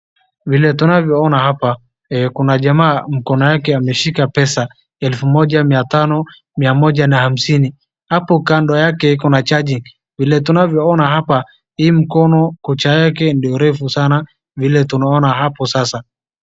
Vile tunavyoona hapa, kuna jamaa mkono yake ameshika pesa elfu moja, mia tano, mia moja na hamsini. Hapo kando yake kuna chaji. Vile tunavyo ona hapa, hii mkono kucha yake ndio refu sana vile tunaona hapo sasa.